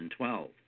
2012